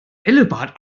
bällebad